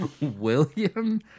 William